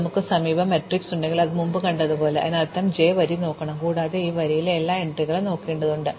നമുക്ക് സമീപം മാട്രിക്സ് ഉണ്ടെങ്കിൽ മുമ്പ് കണ്ടതുപോലെ അതിനർത്ഥം നമ്മൾ j വരി നോക്കണം കൂടാതെ ഈ വരിയിലെ എല്ലാ എൻട്രികളും നോക്കേണ്ടതുണ്ട്